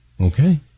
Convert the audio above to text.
Okay